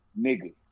nigga